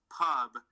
pub